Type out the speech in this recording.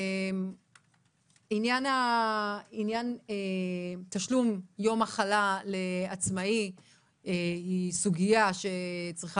עניין תשלום יום מחלה לעצמאי הוא חלק